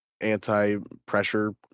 anti-pressure